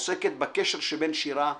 ועוסקת בקשר שבין שירה למוסיקה.